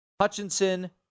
Hutchinson